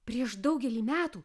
prieš daugelį metų